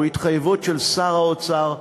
הוא התחייבות של שר האוצר,